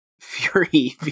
Fury